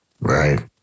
right